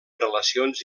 relacions